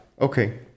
Okay